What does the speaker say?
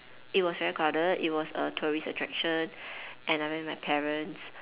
it was very crowded it was a tourist attraction and I went with my parents